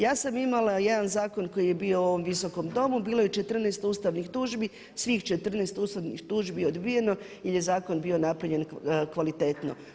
Ja sam imala jedan zakon koji je bio u ovom visokom domu, bilo je 14 ustavnih tužbi, svih 14 ustavnih tužbi odbijeno jer je zakon bio napravljen kvalitetno.